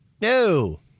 No